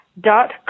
dot